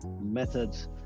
methods